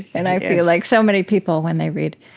and i feel like so many people when they read